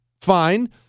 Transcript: fine